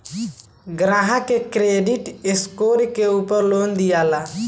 ग्राहक के credit score के उपर लोन दियाला